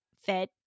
fed